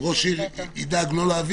לדעתי אפשר לעשות את זה יותר פשוט,